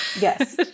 Yes